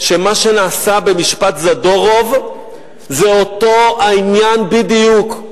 שמה שנעשה במשפט זדורוב זה אותו העניין בדיוק.